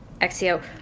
Exio